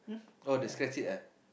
oh the scratch it ah